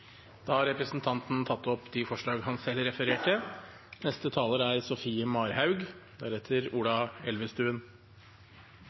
Da har representanten Lars Haltbrekken tatt opp de forslagene han refererte til. Forsterkningen av strømpakken er